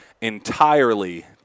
entirely